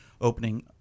opening